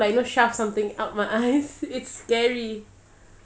no but I'm scared to like you know shove something up my eyes it's scary